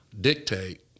dictate